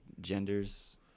genders